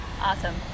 Awesome